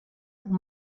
pour